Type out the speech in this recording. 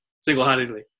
single-handedly